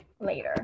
later